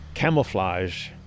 camouflage